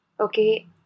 Okay